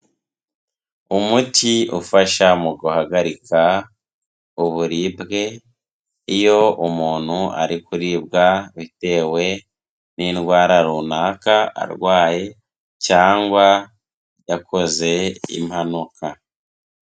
Umuti ufasha mu guhagarika uburibwe iyo umuntu ari kuribwa bitewe n'indwara runaka arwaye cyangwa yakoze impanuka.